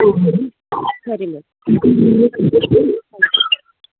ಸರಿ ಮ್ಯಾಮ್